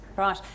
Right